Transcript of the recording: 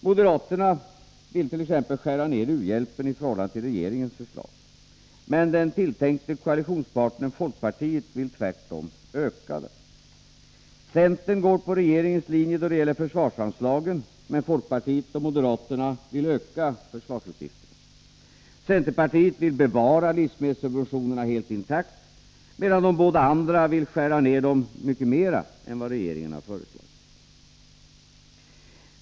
Moderaterna vill t.ex. skära ner u-hjäpen i förhållande till regeringens förslag, men den tilltänkta koalitionspartnern folkpartiet vill tvärtom öka den. Centern går på regeringens linje då det gäller försvarsanslagen, men folkpartiet och moderaterna vill öka försvarsutgifterna. Centerpartiet vill bevara livsmedelssubventionerna helt intakta, medan de båda andra vill skära ned dem mycket mer än vad regeringen har föreslagit.